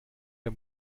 der